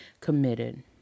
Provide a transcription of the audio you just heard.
committed